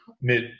mid